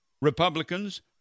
Republicans